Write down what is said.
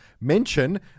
mention